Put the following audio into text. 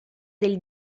del